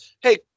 hey